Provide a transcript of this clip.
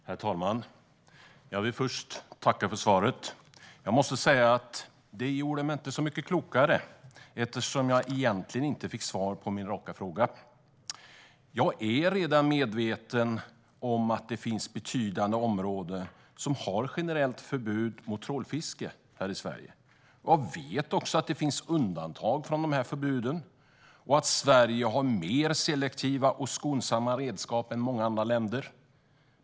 Herr talman! Först vill jag tacka för svaret, men det gjorde mig inte mycket klokare eftersom jag egentligen inte fick svar på min raka fråga. Jag är redan medveten om att det finns betydande områden här i Sverige som har ett generellt förbud mot trålfiske. Jag vet också att det finns undantag från dessa förbud och att Sverige har mer selektiva och skonsamma redskap än många andra länder.